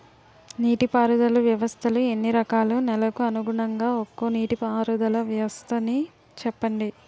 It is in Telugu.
నీటి పారుదల వ్యవస్థలు ఎన్ని రకాలు? నెలకు అనుగుణంగా ఒక్కో నీటిపారుదల వ్వస్థ నీ చెప్పండి?